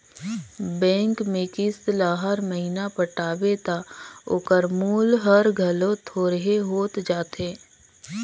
bank में किस्त ल हर महिना पटाबे ता ओकर मूल हर घलो थोरहें होत जाथे